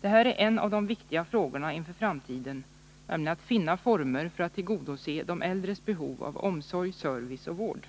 Det här är en av de viktiga frågorna inför framtiden, nämligen att finna former för att tillgodose de äldres behov av omsorg, service och vård.